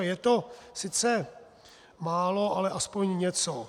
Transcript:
Je to sice málo, ale aspoň něco.